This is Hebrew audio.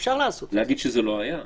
להגיד שזה לא היה?